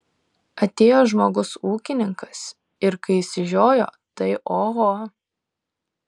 atėjo žmogus ūkininkas ir kai išsižiojo tai oho